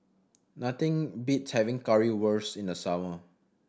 nothing beats having Currywurst in the summer